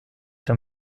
sur